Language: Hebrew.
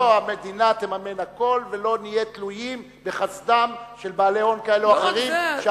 שלא המדינה תממן הכול ולא נהיה תלויים בחסדם של בעלי הון כאלה או אחרים,